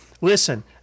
Listen